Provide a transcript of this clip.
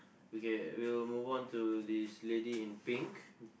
okay we will move on to this lady in pink